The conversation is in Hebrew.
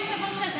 אין דבר כזה.